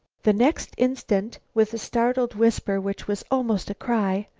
the next instant, with a startled whisper, which was almost a cry,